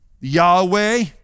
Yahweh